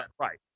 right